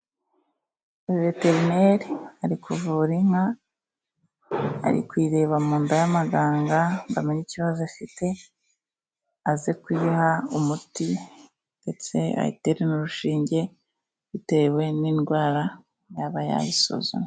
Veterineri ari kuvura inka ari kuyireba mu nda y'amaganga ngo amenye ikibazo ifite, aze kuyiha umuti ndetse ayitere n'urushinge bitewe n'indwara aba yayisuzumye.